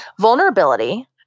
Vulnerability